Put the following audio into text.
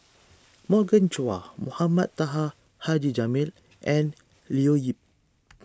Morgan Chua Mohamed Taha Haji Jamil and Leo Yip